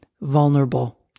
vulnerable